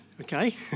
Okay